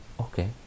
Okay